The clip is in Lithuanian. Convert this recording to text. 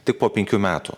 tik po penkių metų